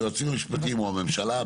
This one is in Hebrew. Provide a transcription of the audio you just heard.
היועצים המשפטיים או הממשלה,